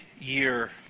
year